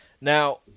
Now